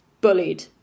bullied